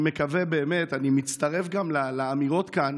אני מצטרף גם לאמירות כאן